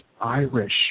Irish